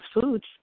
foods